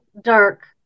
dark